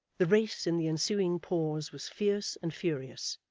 the race in the ensuing pause was fierce and furious.